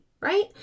right